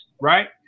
right